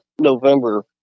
November